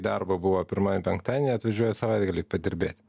darbo buvo pirmadienį penktadienį atvažiuoja savaitgalį padirbėt